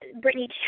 Brittany